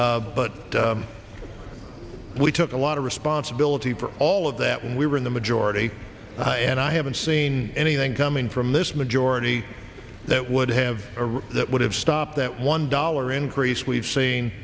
but we took a lot of responsibility for all of that we were in the majority and i haven't seen anything coming from this majority that would have that would have stopped that one dollar increase we've